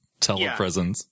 telepresence